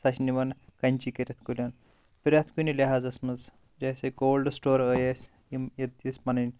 سۄ چھِ نِوان کَنٛچی کٔرِتھ کُلٮ۪ن پرٛٮ۪تھ کُنہِ لِحاظَس منٛز جیسے کولڈٕ سٹور ٲے اسہِ یِم ییٚتہِ اسۍ پَنٕنۍ